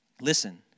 listen